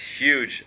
huge